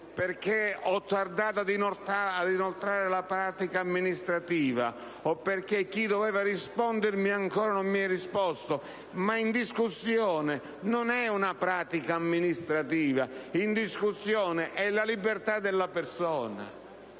perché si è tardato nell'inoltrare la pratica amministrativa o perché chi doveva rispondere ancora non ha risposto. In discussione non è una pratica amministrativa. In discussione è la libertà della persona.